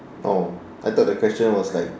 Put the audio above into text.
oh I thought the question was like